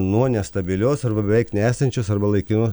nuo nestabilios arba beveik nesančios arba laikino